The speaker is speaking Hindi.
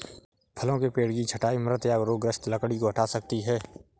फलों के पेड़ की छंटाई मृत या रोगग्रस्त लकड़ी को हटा सकती है